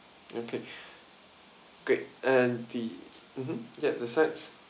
okay great and the mmhmm yup the sides